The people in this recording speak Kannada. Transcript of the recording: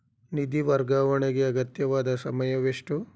ನಿಧಿ ವರ್ಗಾವಣೆಗೆ ಅಗತ್ಯವಾದ ಸಮಯವೆಷ್ಟು?